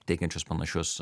teikiančios panašius